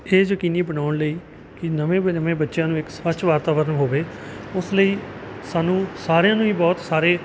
ਇਹ ਯਕੀਨੀ ਬਣਾਉਣ ਲਈ ਕਿ ਨਵੇਂ ਜੰਮੇ ਬੱਚਿਆਂ ਨੂੰ ਇੱਕ ਸਵੱਛ ਵਾਤਾਵਰਨ ਹੋਵੇ ਉਸ ਲਈ ਸਾਨੂੰ ਸਾਰਿਆਂ ਨੂੰ ਹੀ ਬਹੁਤ ਸਾਰੇ